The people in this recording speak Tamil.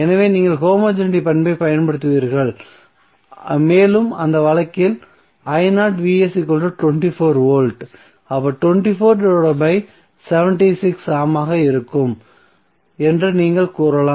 எனவே நீங்கள் ஹோமோஜெனிட்டி பண்பை பயன்படுத்துவீர்கள் மேலும் அந்த வழக்கில் V A ஆக இருக்கும் என்று நீங்கள் கூறலாம்